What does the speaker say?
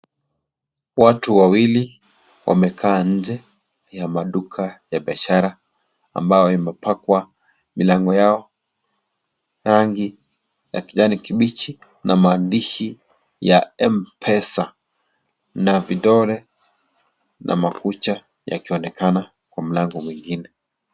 Watu wawili wamekaa nje ya maduka a biashara ambayo yamepakwa milango Yao rangi ya kijani kibichi na maandishi ya mpesa na vidole na makucha yakionekana kwa mlango mwingine .